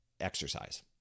exercise